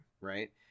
Right